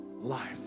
life